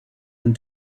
and